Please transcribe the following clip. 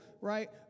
right